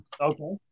Okay